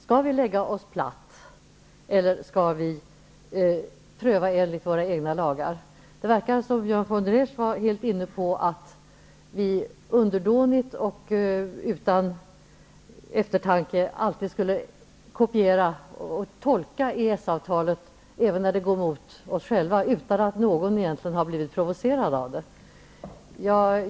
Skall vi lägga oss platt, eller skall vi pröva enligt våra egna lagar? Det verkade som om Björn von der Esch var helt inne på att vi underdånigt och utan eftertanke alltid skulle kopiera och tolka EES-avtalet, även när det går emot oss själva, utan att någon egentligen har blivit provocerad av det.